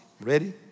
Ready